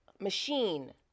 machine